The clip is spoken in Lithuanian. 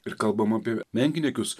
ir kalbam apie menkniekius